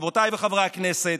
חברותיי וחברי הכנסת,